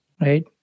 right